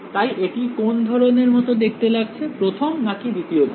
তাই এটি কোন ধরনের মতো দেখতে লাগছে প্রথম নাকি দ্বিতীয় ধরন